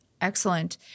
Excellent